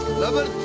love at